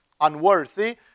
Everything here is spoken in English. unworthy